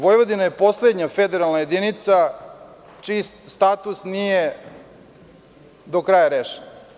Vojvodina je poslednja federalna jedinica čiji status nije do kraja rešen.